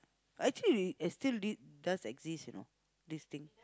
actually i~ still d~ does exist you know this thing